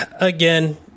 Again